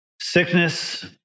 sickness